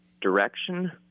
direction